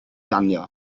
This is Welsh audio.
danio